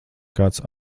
kāds